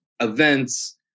events